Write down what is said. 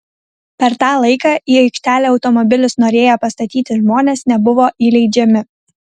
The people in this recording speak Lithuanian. per tą laiką į aikštelę automobilius norėję pastatyti žmonės nebuvo įleidžiami